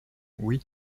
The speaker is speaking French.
oui